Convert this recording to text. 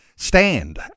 Stand